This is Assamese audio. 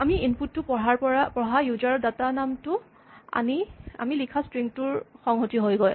আমি ইনপুট তো পঢ়া ইউজাৰ ডাটা নাম টো আমি লিখা স্ট্ৰিং টোৰ সংহতি হয়গৈ